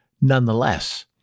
Nonetheless